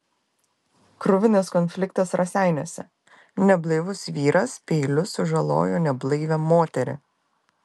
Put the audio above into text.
kruvinas konfliktas raseiniuose neblaivus vyras peiliu sužalojo neblaivią moterį